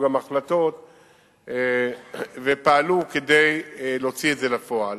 החלטות ופעלו כדי להוציא את זה לפועל.